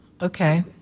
okay